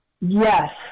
Yes